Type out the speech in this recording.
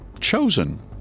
chosen